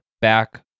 back